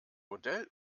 modell